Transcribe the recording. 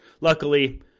luckily